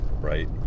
right